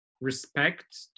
respect